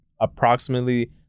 approximately